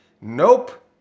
Nope